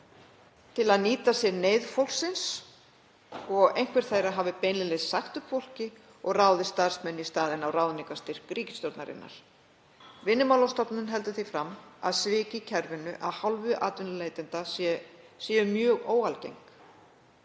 til að nýta sér neyð fólks og einhver þeirra hafi beinlínis sagt upp fólki og ráðið starfsmenn í staðinn á ráðningarstyrk ríkisstjórnarinnar. Vinnumálastofnun heldur því fram að svik í kerfinu af hálfu atvinnuleitenda séu mjög óalgeng.